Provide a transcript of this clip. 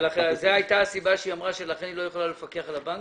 אבל זו הייתה הסיבה שהיא אמרה שלכן היא לא יכולה לפקח על הגמ"חים.